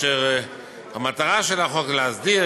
והמטרה של החוק להסדיר,